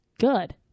Good